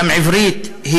וגם עברית,